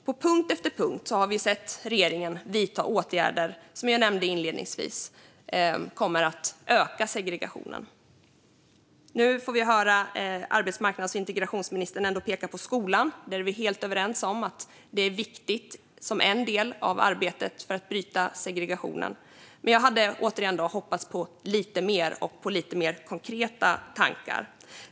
På punkt efter punkt har vi sett att regeringen, som jag nämnde inledningsvis, vidtar åtgärder som kommer att öka segregationen. Nu hör vi att arbetsmarknads och integrationsministern pekar på skolan. Vi är helt överens om att den är en viktig del i arbetet för att bryta segregationen, men återigen: Jag hade hoppats på mer och på lite mer konkreta tankar.